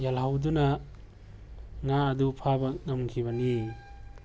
ꯌꯥꯜꯍꯧꯗꯨꯅ ꯉꯥ ꯑꯗꯨ ꯐꯥꯕ ꯉꯝꯈꯤꯕꯅꯤ